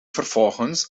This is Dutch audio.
vervolgens